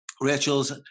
Rachel's